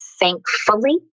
thankfully